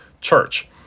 church